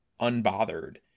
unbothered